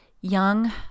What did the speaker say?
young